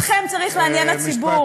אתכם צריך לעניין הציבור.